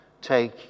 take